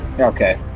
okay